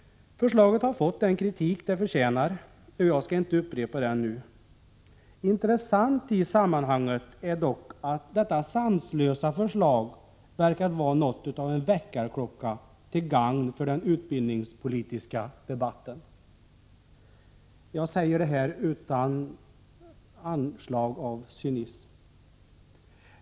Förslaget har fått den kritik det förtjänar, och jag skall inte upprepa den nu. Intressant i sammanhanget är dock att detta sanslösa förslag verkar ha varit något av en väckarklocka till gagn för den utbildningspolitiska debatten — jag säger detta utan att vara cynisk.